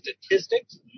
statistics